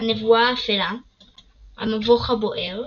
הנבואה האפלה המבוך הבוער